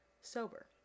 sober